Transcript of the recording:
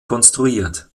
konstruiert